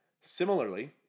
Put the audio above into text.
similarly